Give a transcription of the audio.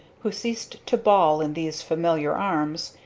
who ceased to bawl in these familiar arms,